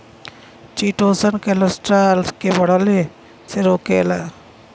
chitosan cholesterol के बढ़ले से रोकेला